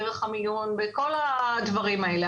דרך המיון בכל הדברים האלה.